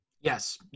Yes